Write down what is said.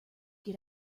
get